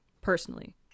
personally